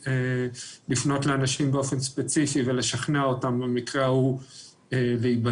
לפנות לאנשים באופן ספציפי ולשכנע אותם במקרה ההוא להיבדק